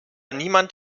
niemand